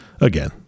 Again